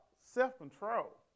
self-control